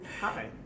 Hi